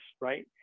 Right